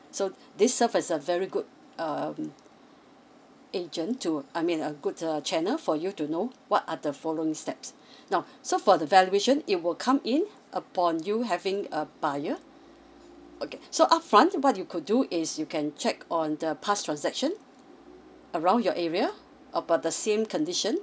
so this serve is a very good um agent to I mean a good err channel for you to know what are the following steps now so for the valuation it will come in upon you having a buyer okay so upfront what you could do is you can check on the past transaction around your area about the same condition